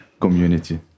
community